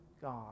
God